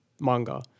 manga